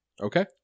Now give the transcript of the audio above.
Okay